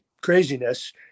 craziness